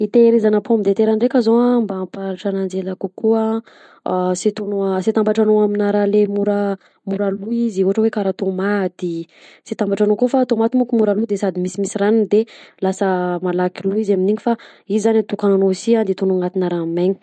Itehirizana pomme de terre ndreka zao a mba ampaharitra ananjy ela kokoa a sy ataonao sy antambatranao amina raha le mora mora lo izy ohatra hoe karaha tomaty sy antambatranao akao fa tomaty manko mora lo de sady misimisy ranony de lasa malaky lo izy amin'iny fa izy zany atokananao si de ataonao anaty raha maina.